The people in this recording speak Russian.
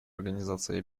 организации